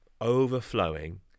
Overflowing